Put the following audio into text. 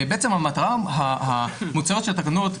בעצם המטרה המוצהרת של התקנות,